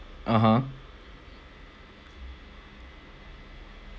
(uh huh)